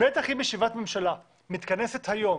בטח אם ישיבת ממשלה מתכנסת היום